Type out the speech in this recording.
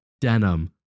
denim